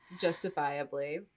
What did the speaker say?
justifiably